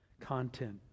content